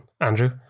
Andrew